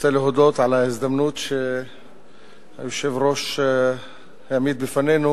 רוצה להודות על ההזדמנות שהיושב-ראש העמיד בפנינו